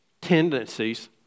tendencies